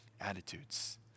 Attitudes